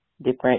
different